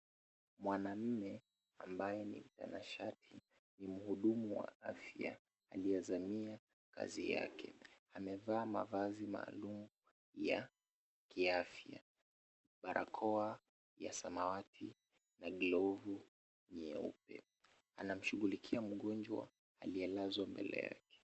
Mwanaume ambaye ni mtanashati ni mhudumu wa afya aliyezamia kazi yake. Amevaa mavazi maalum ya kiafya barakoa ya samawati na glovu nyeupe. Anamshughulikia mgonjwa aliyelazwa mbele yake.